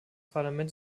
parlament